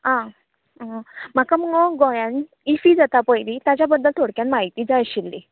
आं म्हाका मुगो गोंयान ईफी जाता पळय न्ही ताजा बद्दल थोडक्यान म्हायती जाय आशिल्ली